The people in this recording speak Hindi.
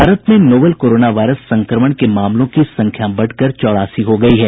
भारत में नोवल कोरोना वायरस संक्रमण के मामलों की संख्या बढ़कर चौरासी हो गई है